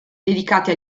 dedicati